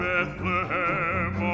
Bethlehem